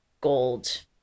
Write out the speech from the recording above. gold